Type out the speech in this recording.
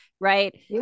right